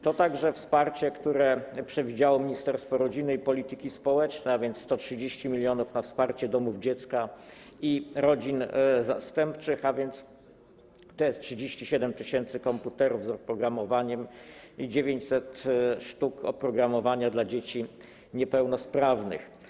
To także wsparcie, które przewidziało Ministerstwo Rodziny i Polityki Społecznej: 130 mln na wsparcie domów dziecka i rodzin zastępczych, 37 tys. komputerów z oprogramowaniem i 900 sztuk zestawów oprogramowania dla dzieci niepełnosprawnych.